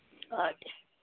অঁ দে